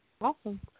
Awesome